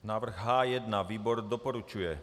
Návrh H1. Výbor doporučuje.